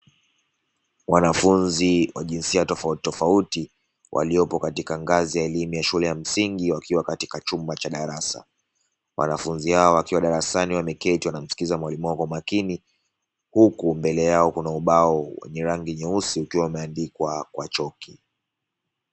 Wanafunzi wa jinsia tofauti tofauti, waliopo katika ngazi ya elimu ya shule ya msingi katika chumba cha darasa, wanafunzi hawa wakiwa wameketi wanamsikiliza mwalimu wao kwa makini huku kukiwa na ubao wa rangi nyeusi ukiwa umeandikwa n chaki.